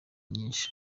nyinshi